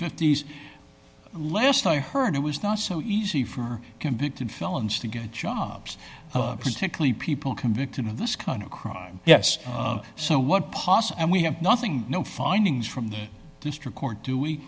fifties last i heard it was not so easy for convicted felons to get jobs particularly people convicted of this kind of crime yes so what pos and we have nothing no findings from the district court do we